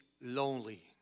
lonely